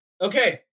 Okay